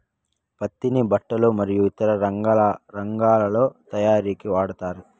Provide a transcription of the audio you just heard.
పత్తిని బట్టలు మరియు ఇతర రంగాలలో తయారీకి వాడతారు